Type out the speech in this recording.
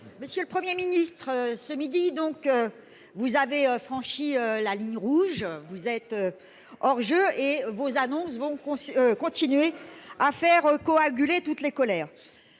Monsieur le Premier ministre, ce midi, vous avez franchi la ligne rouge : vous êtes hors-jeu et vos annonces vont continuer à faire coaguler toutes les colères